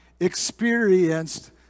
experienced